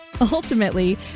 Ultimately